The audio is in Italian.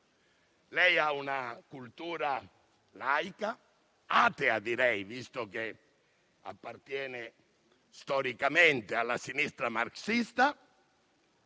Lei ha una cultura laica, atea direi, visto che appartiene storicamente alla sinistra marxista.